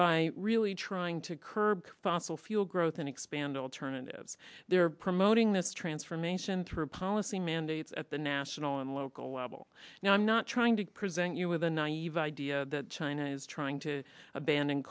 by really trying to curb fossil fuel growth and expand alternatives they're promoting this transformation through policy mandates at the national and local level now i'm not trying to present you with a naive idea that china is trying to abandon